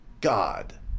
God